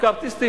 מקארתיסטים,